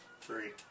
Three